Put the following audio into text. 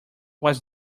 was